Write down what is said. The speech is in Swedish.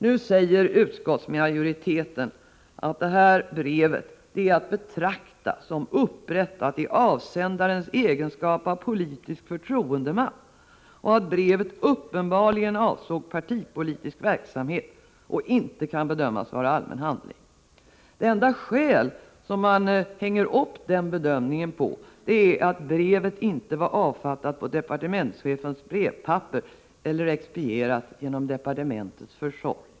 Nu säger utskottsmajoriteten att det här brevet är att betrakta som upprättat i avsändarens egenskap av politisk förtroendeman och att brevet uppenbarligen avsåg partipolitisk verksamhet och inte kan bedömas vara allmän handling. Det enda skäl som man hänger upp den bedömningen på är att brevet inte var avfattat på departementschefens brevpapper eller expedierat genom departementets försorg.